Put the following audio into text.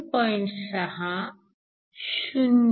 6 0 0